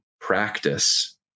practice